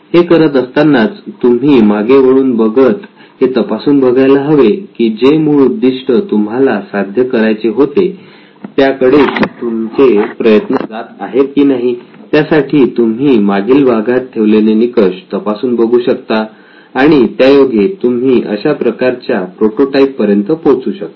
हे करत असतानाच तुम्ही मागे वळून बघत हे तपासून बघायला हवे की जे मूळ उद्दिष्ट तुम्हाला साध्य करायचे होते त्या कडेच तुमचे प्रयत्न जात आहेत की नाही त्यासाठी तुम्ही मागील भागात ठरवलेले निकष तपासून बघू शकता आणि त्यायोगे तुम्ही अशा प्रकारच्या प्रोटोटाईप पर्यंत पोचू शकता